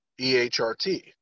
EHRT